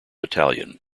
italian